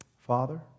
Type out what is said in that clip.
Father